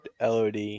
LOD